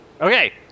Okay